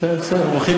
אורחים